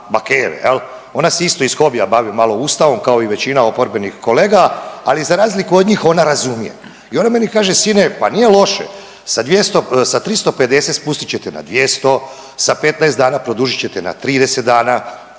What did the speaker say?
Ona se isto iz hobija bavi malo Ustavom kao i većina oporbenih kolega, ali za razliku od njih ona razumije. I ona meni kaže sine pa nije loše sa 350 spustit ćete na 200, sa 15 dana produžit ćete na 30 dana,